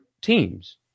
teams